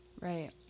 Right